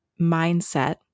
mindset